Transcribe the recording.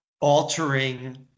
altering